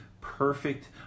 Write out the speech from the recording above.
perfect